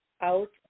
out